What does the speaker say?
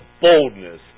boldness